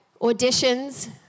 auditions